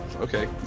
Okay